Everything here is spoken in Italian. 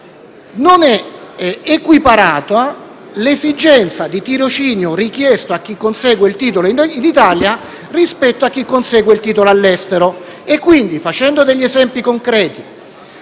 non è equiparata l'esigenza del tirocinio che viene richiesto a chi consegue il titolo in Italia rispetto a chi consegue il titolo all'estero. Volendo fare degli esempi concreti,